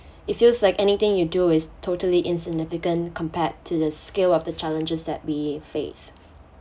it feels like anything you do is totally insignificant compared to the scale of the challenges that we face